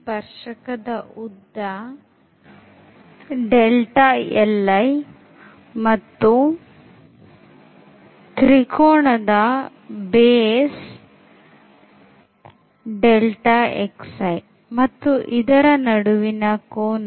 ಸ್ಪರ್ಶಕದ ಉದ್ದ ಮತ್ತು ತ್ರಿಕೋಣದ ಪಾದವು ಮತ್ತು ಇದರ ನಡುವಿನ ಕೋನ